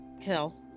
kill